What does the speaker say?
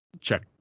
Check